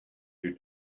you